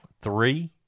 three